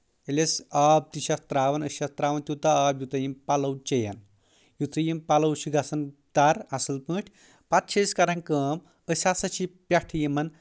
ییٚلہِ أسۍ آب تہِ چھِ اتھ تراوان أسۍ چھِ اتھ ترٛاوان توٗتاہ آب یوٗتاہ یِم پلو چٮ۪ین یِتھُے یِم پلو چھِ گژھان تر اَصٕل پٲٹھۍ پتہٕ چھِ أسۍ کران کٲم أسۍ ہسا چھِ پؠٹھٕ یِمن